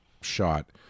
shot